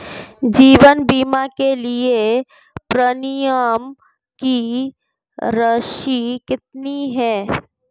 जीवन बीमा के लिए प्रीमियम की राशि कितनी है?